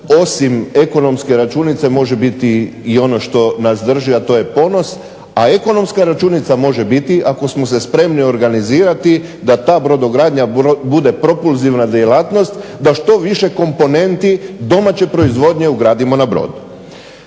osim ekonomske računice, može biti i ono što nas drži, a to je ponos, a ekonomska računica može biti ako smo se spremni organizirati da ta brodogradnja bude prokurzivna djelatnost da što više komponenti domaće proizvodnje ugradimo na brod.